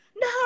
no